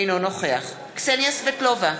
אינו נוכח קסניה סבטלובה,